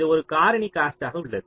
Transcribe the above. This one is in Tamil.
இது ஒரு காரணி காஸ்ட்டாக உள்ளது